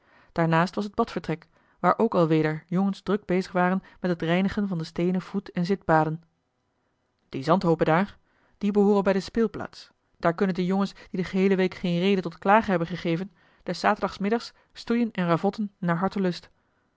daarnaast was het badvertrek waar ook al weder jongens druk bezig waren met het reinigen van de steenen voet en zitbaden die zandhoopen daar die behooren bij de speelplaats daar kunnen de jongens die de geheele week geen reden tot klagen hebben gegeven des zaterdagmiddags stoeien en ravotten naar hartelust